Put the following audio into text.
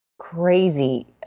crazy